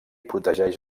protegeix